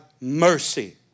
mercy